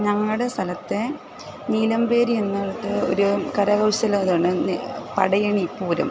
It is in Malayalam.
ഞങ്ങളുടെ സ്ഥലത്തെ നീലമ്പേരി എന്നത് ഒരു കരകൗശല പടയണിപ്പൂരം